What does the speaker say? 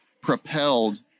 propelled